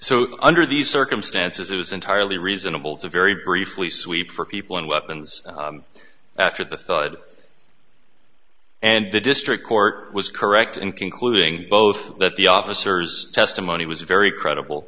so under these circumstances it was entirely reasonable to very briefly sweep for people and weapons after the thought and the district court was correct in concluding both that the officers testimony was very credible